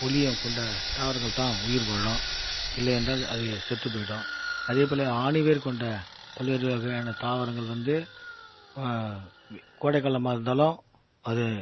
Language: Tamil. ஒளியும் கொண்ட தாவரங்கள் தான் உயிர் வாழும் இல்லையென்றால் அது செத்துப் போயிடும் அதே போல ஆணிவேர் கொண்ட பல்வேறு வகையான தாவரங்கள் வந்து கோடைக்காலமாக இருந்தாலும் அது